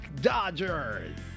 Dodgers